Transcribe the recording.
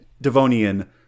Devonian